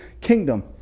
kingdom